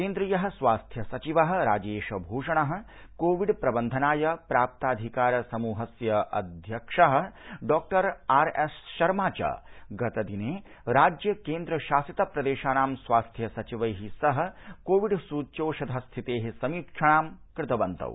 केन्द्रीयः स्वास्थ्य सचिवः राजेश भूषणः कोविड् प्रबन्धनाय प्राप्त अधिकार समूहस्य अध्यक्षः डॉक्टर् आर् एस् शर्मा च गतदिने राज्य केन्द्र शासित प्रदेशानां स्वास्थ्य सचिवैः सह कोविड् सूच्यौषध स्थितेः समीक्षां कृतवन्तौ